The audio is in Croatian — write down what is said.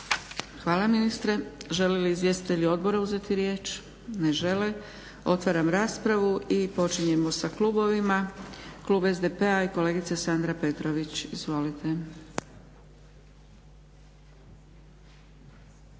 Hvala ministre. Žele li izvjestitelji odbora uzeti riječ? Ne žele. Otvaram raspravu. Počinjemo sa klubovima. Klub SDP-a i kolegica Sandra Petrović. Izvolite.